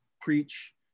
preach